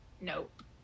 Nope